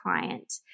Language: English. client